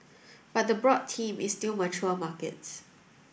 but the broad theme is still mature markets